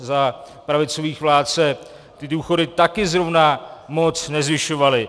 Za pravicových vlád se důchody taky zrovna moc nezvyšovaly.